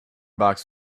box